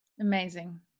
amazing